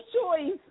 choice